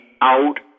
out